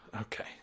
okay